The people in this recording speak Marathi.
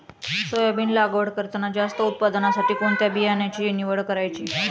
सोयाबीन लागवड करताना जास्त उत्पादनासाठी कोणत्या बियाण्याची निवड करायची?